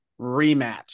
rematch